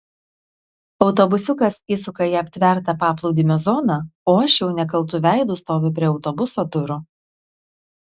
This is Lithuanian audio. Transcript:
autobusiukas įsuka į aptvertą paplūdimio zoną o aš jau nekaltu veidu stoviu prie autobuso durų